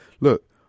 look